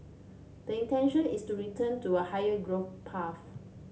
the intention is to return to a higher growth path